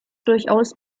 durchaus